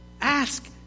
Ask